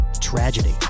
tragedy